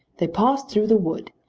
they passed through the wood,